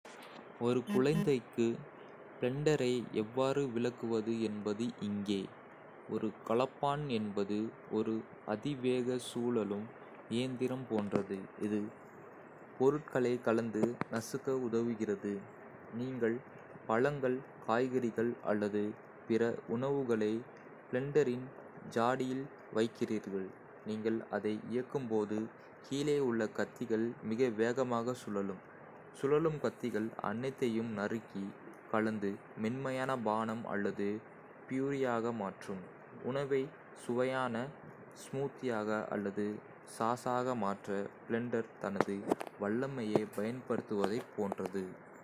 ஒரு குழந்தைக்கு பிளெண்டரை எவ்வாறு விளக்குவது என்பது இங்கே. ஒரு கலப்பான் என்பது ஒரு அதிவேக சுழலும் இயந்திரம் போன்றது, இது பொருட்களைக் கலந்து நசுக்க உதவுகிறது. நீங்கள் பழங்கள், காய்கறிகள் அல்லது பிற உணவுகளை பிளெண்டரின் ஜாடியில் வைக்கிறீர்கள். நீங்கள் அதை இயக்கும்போது, கீழே உள்ள கத்திகள் மிக வேகமாக சுழலும். சுழலும் கத்திகள் அனைத்தையும் நறுக்கி கலந்து, மென்மையான பானம் அல்லது ப்யூரியாக மாற்றும். உணவை சுவையான ஸ்மூத்தியாக அல்லது சாஸாக மாற்ற பிளெண்டர் தனது வல்லமையைப் பயன்படுத்துவதைப் போன்றது.